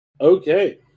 Okay